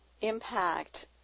impact